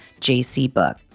jcbook